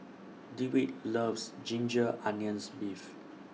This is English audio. Dewitt loves Ginger Onions Beef